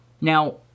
Now